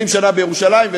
אני 20 שנה בירושלים,